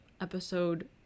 episode